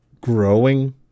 growing